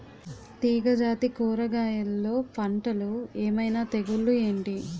తీగ జాతి కూరగయల్లో పంటలు ఏమైన తెగులు ఏంటి?